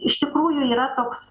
iš tikrųjų yra toks